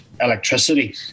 electricity